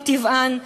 מטבען,